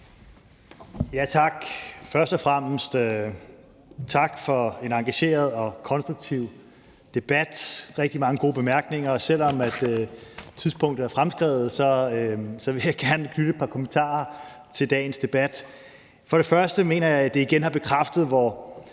tak for en engageret og konstruktiv debat. Der var rigtig mange gode bemærkninger. Selv om tidspunktet er fremskredet, vil jeg gerne knytte et par kommentarer til dagens debat. Jeg mener, at den igen har bekræftet, hvor